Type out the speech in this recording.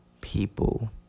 people